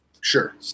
sure